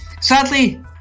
Sadly